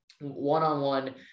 one-on-one